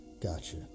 Gotcha